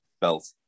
belt